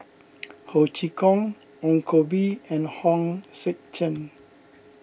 Ho Chee Kong Ong Koh Bee and Hong Sek Chern